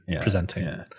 presenting